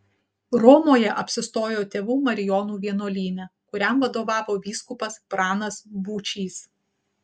romoje apsistojo tėvų marijonų vienuolyne kuriam vadovavo vyskupas pranas būčys